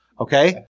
okay